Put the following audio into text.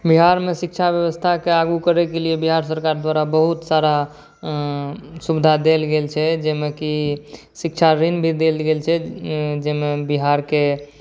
बिहारमे शिक्षा बेबस्थाके आगू करैकेलिए बिहार सरकार द्वारा बहुत सारा सुविधा देल गेल छै जाहिमे कि शिक्षा ऋण भी देल गेल छै जाहिमे बिहारके